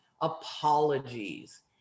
apologies